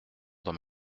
dans